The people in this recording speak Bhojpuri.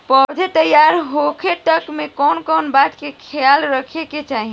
पौधा तैयार होखे तक मे कउन कउन बात के ख्याल रखे के चाही?